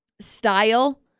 style